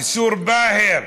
ס'ור באהר,